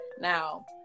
Now